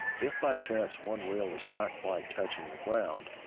if by chance one wheel is not quite touching the ground,